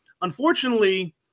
unfortunately